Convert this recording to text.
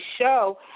show